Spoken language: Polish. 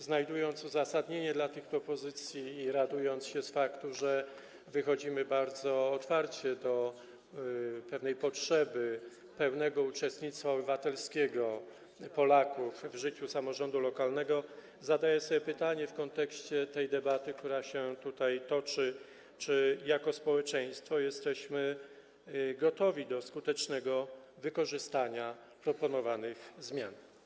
Znajdując uzasadnienie dla tych propozycji i radując się z faktu, że wychodzimy bardzo otwarcie, jeżeli chodzi o pewną potrzebę pełnego uczestnictwa obywatelskiego Polaków w życiu samorządu lokalnego, zadaję sobie pytanie w kontekście tej debaty, która się tutaj toczy, czy jako społeczeństwo jesteśmy gotowi do skutecznego wykorzystania proponowanych zmian.